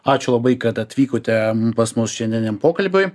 ačiū labai kad atvykote pas mus šiandieniam pokalbiui